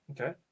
Okay